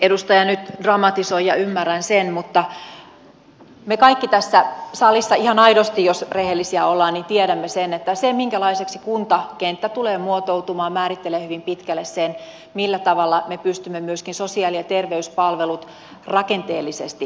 edustaja nyt dramatisoi ja ymmärrän sen mutta me kaikki tässä salissa ihan aidosti jos rehellisiä olemme tiedämme sen että se minkälaiseksi kuntakenttä tulee muotoutumaan määrittelee hyvin pitkälle sen millä tavalla me pystymme myöskin sosiaali ja terveyspalvelut rakenteellisesti järjestämään